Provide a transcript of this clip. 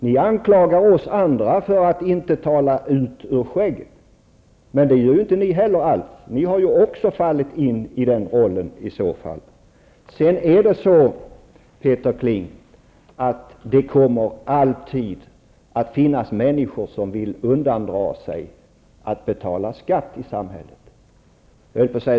Ni anklagar oss andra för att inte tala ut ur skägget. Men det gör inte ni heller. Ni har i så fall också fallit in i den rollen. Peter Kling, det kommer alltid att finnas människor som försöker undandra samhället skatt.